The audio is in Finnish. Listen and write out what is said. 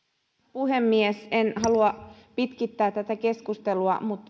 puhemies en halua pitkittää tätä keskustelua mutta